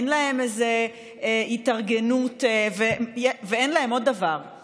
אין להם איזו התארגנות ואין להם עוד דבר,